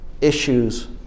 issues